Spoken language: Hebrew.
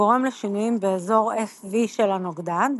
הגורם לשינויים באזור Fv של הנוגדן,